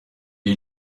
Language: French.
est